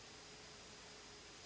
Hvala.